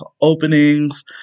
openings